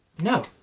No